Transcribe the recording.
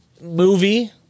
movie